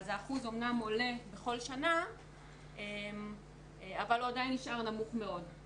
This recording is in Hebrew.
האחוז אמנם עולה בכל שנה אבל הוא עדיין נשאר נמוך מאוד,